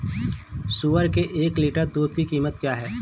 सुअर के एक लीटर दूध की कीमत क्या है?